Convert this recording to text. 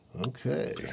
Okay